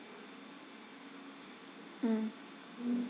mm